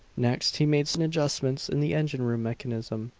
next he made certain adjustments in the engine-room mechanism.